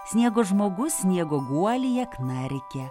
sniego žmogus sniego guolyje knarkia